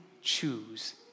choose